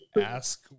ask